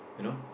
you know